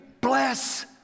bless